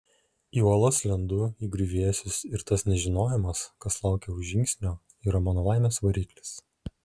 į uolas lendu į griuvėsius ir tas nežinojimas kas laukia už žingsnio yra mano laimės variklis